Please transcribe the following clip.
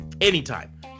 anytime